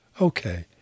Okay